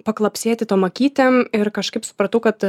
paklapsėti tom akytėm ir kažkaip supratau kad